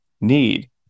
need